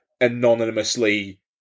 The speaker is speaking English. anonymously